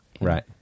Right